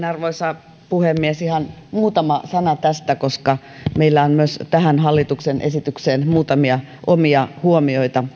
arvoisa puhemies ihan muutama sana tästä koska meillä sosiaalidemokraateilla on myös tähän hallituksen esitykseen muutamia omia huomioita